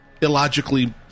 illogically